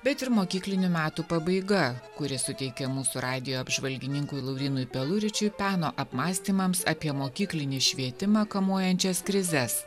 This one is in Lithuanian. bet ir mokyklinių metų pabaiga kuri suteikia mūsų radijo apžvalgininkui laurynui peluričiui peno apmąstymams apie mokyklinį švietimą kamuojančias krizes